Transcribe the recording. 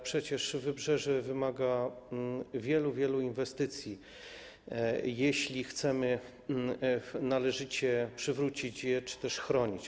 Przecież wybrzeże wymaga wielu, wielu inwestycji, jeśli chcemy należycie je przywrócić czy też chronić.